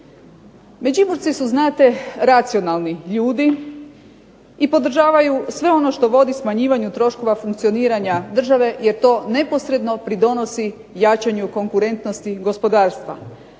Međimurci su znate racionalni ljudi i podržavaju sve ono što vodi smanjivanju troškova funkcioniranja države, jer to neposredno pridonosi jačanju konkurentnosti gospodarstva.